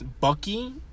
Bucky